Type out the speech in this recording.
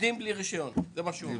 עובדים בלי רישיון זה מה שהוא אומר.